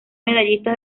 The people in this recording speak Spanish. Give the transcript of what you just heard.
medallista